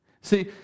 See